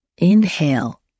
Inhale